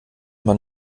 man